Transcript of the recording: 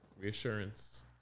Reassurance